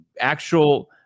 actual